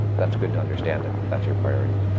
that's good to understand that that's your priorities.